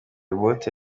bote